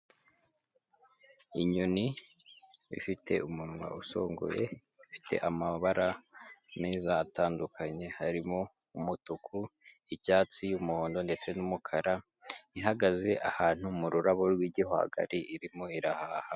Inyoni ifite umunwa usongoye, ifite amabara meza atandukanye harimo umutuku, icyatsi, umuhondo ndetse n'umukara, ihagaze ahantu mu rurabo rw'igihwagari, irimo irahaha.